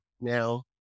now